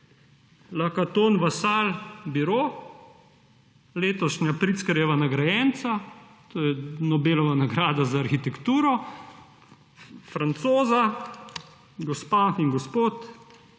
Lacaton & Vassal bureau. Letošnja Pritzkerjeva nagrajenca, to je Nobelova nagrada za arhitekturo, Francoza, gospa in gospod,